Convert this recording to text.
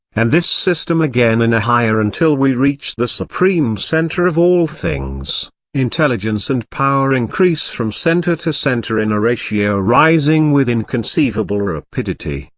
and this system again in and a higher until we reach the supreme centre of all things intelligence and power increase from centre to centre in a ratio rising with inconceivable rapidity,